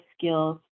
skills